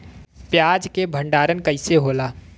प्याज के भंडारन कइसे होला?